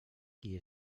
qui